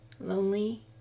lonely